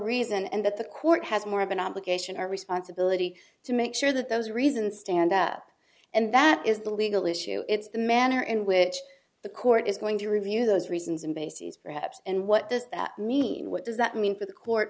reason and that the court has more of an obligation our responsibility to make sure that those reasons stand up and that is the legal issue it's the manner in which the court is going to review those reasons and bases perhaps and what does that mean what does that mean for the court